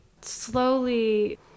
slowly